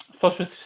social